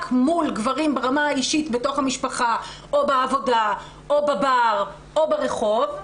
מול גברים ברמה האישית בתוך המשפחה או בעבודה או בבר או ברחוב,